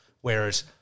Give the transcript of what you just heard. whereas